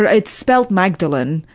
ah it's spelled magdalene,